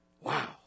wow